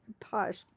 posh